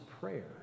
prayer